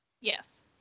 yes